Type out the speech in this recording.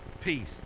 peace